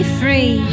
free